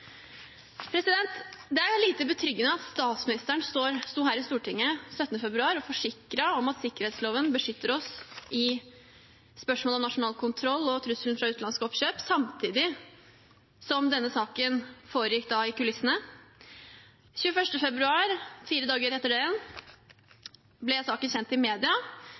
Det er lite betryggende at statsministeren sto her i Stortinget den 17. februar og forsikret om at sikkerhetsloven beskytter oss i spørsmålet om nasjonal kontroll og trusselen fra utenlandske oppkjøp, samtidig som denne saken foregikk i kulissene. Den 21. februar, fire dager etter det igjen, ble saken kjent i media,